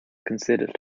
considered